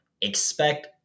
Expect